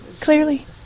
clearly